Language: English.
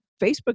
Facebook